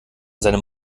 seinem